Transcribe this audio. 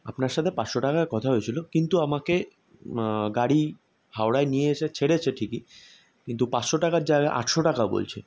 আপনার সাথে পাঁচশো টাকায় কথা হয়েছিল কিন্তু আমাকে গাড়ি হাওড়ায় নিয়ে এসে ছেড়েছে ঠিকই কিন্তু পাঁচশো টাকার জায়গায় আটশো টাকা বলছে